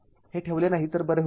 हे ठेवले नाही तर बरे होईल